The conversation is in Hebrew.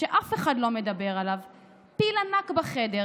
שאך לא מכבר הוא היה שותף שלהם